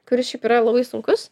kuris šiaip yra labai sunkus